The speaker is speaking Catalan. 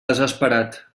desesperat